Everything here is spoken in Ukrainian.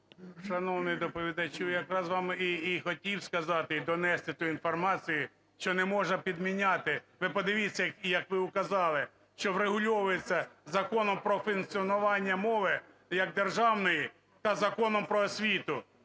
Шановний доповідачу, якраз вам і хотів сказати і донести ту інформацію, що не можна підміняти. Ви подивіться, як ви указали, що врегульовується Законом про функціонування мови як державної та Законом "Про освіту",